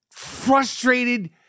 frustrated